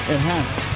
Enhance